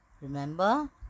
Remember